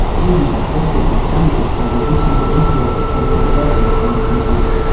meaning that brexit could damage it by reducing the inflow of qualified workers from the continent.